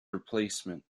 replacement